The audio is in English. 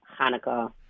Hanukkah